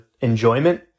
enjoyment